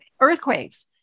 earthquakes